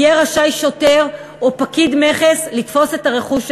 יהיה רשאי שוטר או פקיד מכס לתפוס את הרכוש האמור.